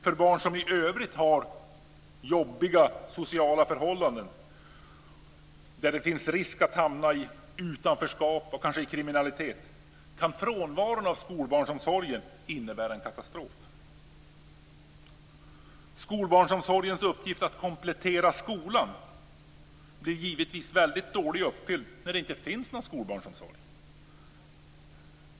För barn som i övrigt har jobbiga sociala förhållanden där det finns risk att hamna i utanförskap eller kriminalitet kan frånvaron av skolbarnsomsorgen innebära en katastrof. Skolbarnsomsorgens uppgift att komplettera skolan blir givetvis väldigt dåligt uppfylld när det inte finns någon skolbarnsomsorg.